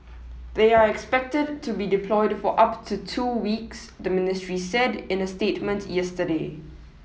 they are expected to be deployed for up to two weeks the ministry said in a statement yesterday